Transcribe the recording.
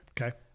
Okay